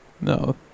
No